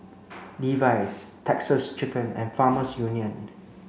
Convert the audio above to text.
Levi's Texas Chicken and Farmers Union